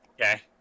okay